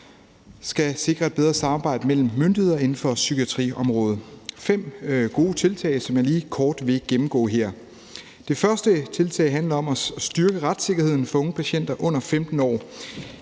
og sikre et bedre samarbejde mellem myndigheder inden for psykiatriområdet. Det er fem gode tiltag, som jeg lige kort vil gennemgå her. Det første tiltag handler om at styrke retssikkerheden for unge patienter under 15 år.